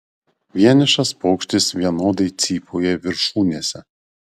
vienišas paukštis vienodai cypauja viršūnėse